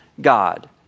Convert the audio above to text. God